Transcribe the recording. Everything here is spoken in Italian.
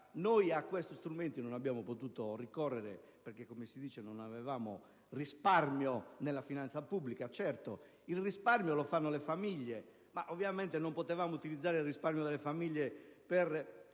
noi a questi strumenti non abbiamo potuto ricorrere perché non avevamo risparmio nella finanza pubblica. Certo, il risparmio lo fanno le famiglie, ma ovviamente non potevamo utilizzare il risparmio delle famiglie per